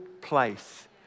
place